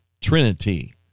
Trinity